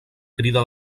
crida